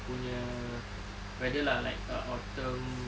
punya weather lah like uh autumn